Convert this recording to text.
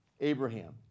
Abraham